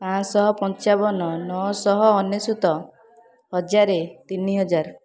ପାଞ୍ଚ ଶହ ପଞ୍ଚାବନ ନଅ ଶହ ଅନେଶତ ହଜାରେ ତିନି ହଜାର